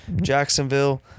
Jacksonville